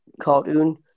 cartoon